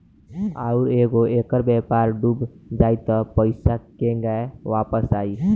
आउरु अगर ऐकर व्यापार डूब जाई त पइसा केंग वापस आई